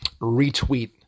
Retweet